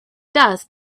dust